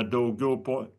daugiau po